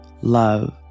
Love